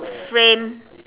frame